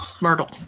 Myrtle